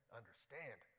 understand